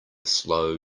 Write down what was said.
slow